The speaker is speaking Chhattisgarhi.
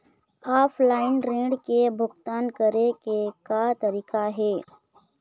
ऑफलाइन ऋण के भुगतान करे के का तरीका हे?